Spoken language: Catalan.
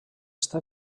està